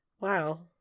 Wow